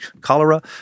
cholera